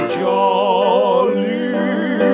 jolly